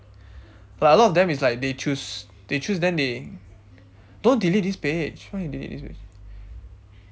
but a lot of them is like they choose they choose then they don't delete this page why you delete this page